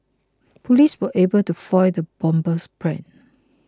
police were able to foil the bomber's plans